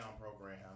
program